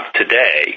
today